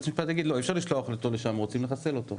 בית משפט יגיד שאי אפשר לשלוח אותו לשם כי רוצים לחסל אותו.